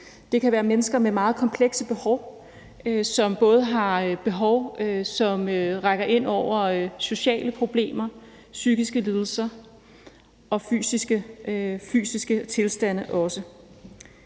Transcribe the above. Det kan være mennesker med meget komplekse behov – behov, som både angår sociale problemer og psykiske lidelser og også fysiske tilstande.